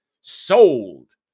sold